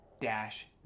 Dash